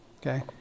okay